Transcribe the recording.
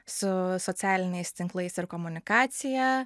su socialiniais tinklais ir komunikacija